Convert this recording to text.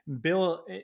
Bill